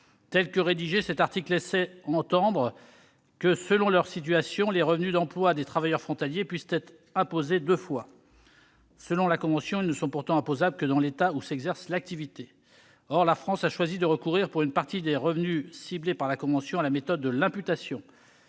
Tel qu'il est rédigé, cet article laisse entendre que, selon la situation, les revenus d'emploi des travailleurs frontaliers peuvent être imposés deux fois. Selon la convention, ils ne sont pourtant imposables que dans l'État où est exercée l'activité. Or la France a choisi de recourir, pour une partie des revenus ciblés par la convention, à la méthode de l'imputation.